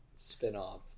spinoff